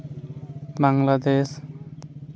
Bangladesh